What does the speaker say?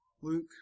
Luke